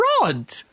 Rod